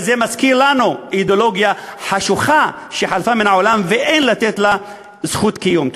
וזה מזכיר לנו אידיאולוגיה חשוכה שחלפה מן העולם ואין לתת לה זכות קיום.